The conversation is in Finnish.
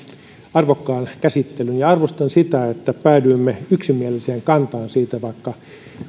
arvokkaan käsittelyn ja arvostan sitä että päädyimme yksimieliseen kantaan siitä vaikka